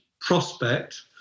prospect